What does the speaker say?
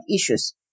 issues